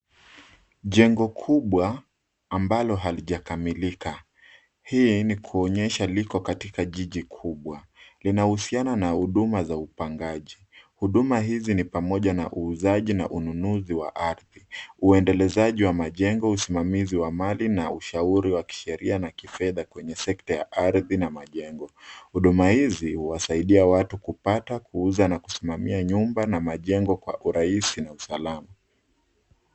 Jengo kubwa ambalo halijakamilika. Hii ni kuonyesha liko katika jiji kubwa. Linahusiana na huduma za upangaji. Huduma hizi ni pamoja na uuzaji na ununuzi wa ardhi, uendelezaji wa majengo, usimamizi wa mali na ushauri wa kisheria na kifedha kwenye sekta ya ardhi na majengo. Huduma hizi huwasaidia watu kupata kuuza na kusimamia nyumba na majengo kwa urahisi na usalama.